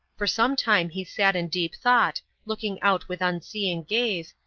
for some time he sat in deep thought, looking out with unseeing gaze,